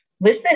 Listen